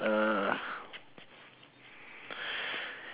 uh